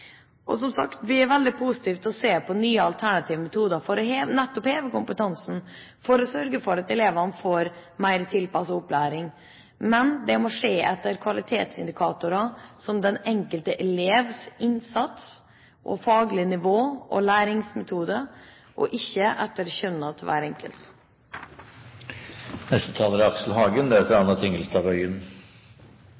kjønn. Som sagt er vi veldig positive til å se på nye alternative metoder for nettopp å heve kompetansen, for å sørge for at elevene får mer tilpasset opplæring, men det må skje etter kvalitetsindikatorer som den enkelte elevs innsats og faglige nivå og læringsmetode, og ikke ut fra kjønn. Dette med forskjellen mellom gutter og jenter med hensyn til læringsevne og læringsutbytte er